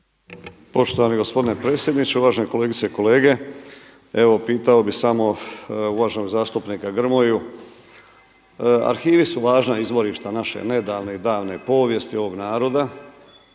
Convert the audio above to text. Poštovani gospodine predsjedniče, uvažene kolegice i kolege. Evo pitao bih samo uvaženog zastupnika Grmoju, arhivi su važna izvorišta naše nedavne i davne povijesti ovog naroda